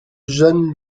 jeanne